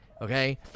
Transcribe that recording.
Okay